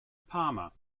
parma